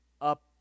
up